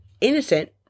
innocent